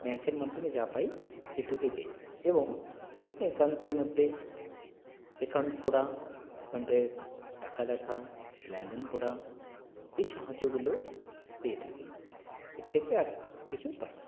ব্যাঙ্কের মাধ্যমে যা পাই এটুকুই পাই এবং অ্যাকাউন্টের মধ্যে অ্যাকাউন্ট করা অ্যাকাউন্টে টাকা রাখা লেনদেন করা এই সাহায্যগুলো পেয়ে থাকি এর থেকে আর কিছু পাই না